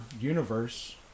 universe